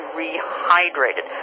rehydrated